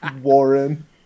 Warren